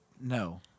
No